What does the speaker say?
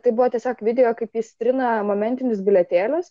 tai buvo tiesiog vidijo kaip jis trina momentinius bilietėlius